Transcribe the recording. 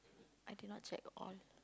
I did not check all